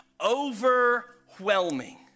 overwhelming